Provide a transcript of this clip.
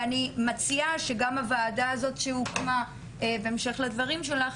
ואני מציעה שגם הוועדה הזאת שהוקמה בהמשך לדברים שלך,